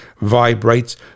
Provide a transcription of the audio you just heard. vibrates